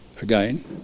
Again